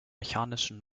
mechanischen